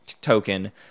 token